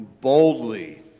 boldly